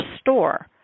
store